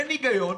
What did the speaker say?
אין היגיון,